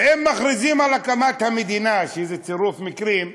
ואם מכריזים על הקמת המדינה, שזה צירוף מקרים,